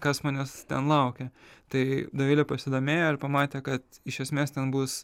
kas manęs ten laukia tai dovilė pasidomėjo ir pamatė kad iš esmės ten bus